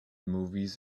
movies